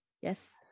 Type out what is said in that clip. Yes